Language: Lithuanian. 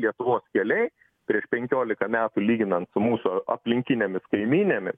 lietuvos keliai prieš penkiolika metų lyginant su mūsų aplinkinėmis kaimynėmis